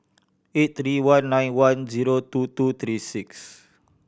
eight three one nine one zero two two three six